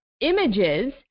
images